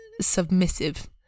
submissive